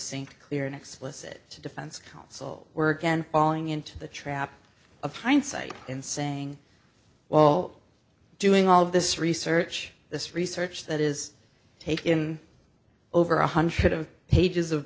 sink clear and explicit to defense counsel were again following into the trap of hindsight and saying while doing all this research this research that is taking over one hundred of pages of